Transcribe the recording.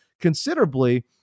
considerably